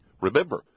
Remember